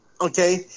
Okay